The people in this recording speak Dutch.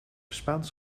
spaans